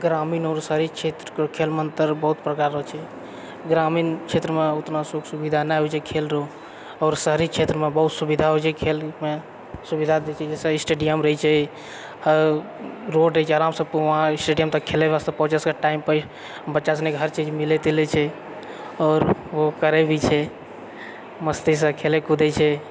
ग्रामीण आओर शहरी क्षेत्रके खेलमे अन्तर बहुत प्रकार होइत छै ग्रामीण क्षेत्रमे उतना सुख सुविधा नहि होइत छै खेल आर आओर शहरी क्षेत्रमे बहुत सुविधा होइत छै खेलमे सुविधा जैसे स्टेडियम रहैत छै रोड होइत छै आरामसँ वहांँ स्टेडियम तक खेलै वाला सब पहुँच सकैत छै टाइमपे बच्चा सबके हर चीज मिलैत तिलै छै आओर ओ करैत भी छै मस्तीसँ खेलै कुदै छै